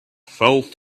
felt